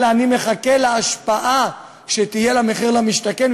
אלא אני מחכה להשפעה שתהיה למחיר למשתכן,